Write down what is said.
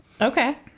Okay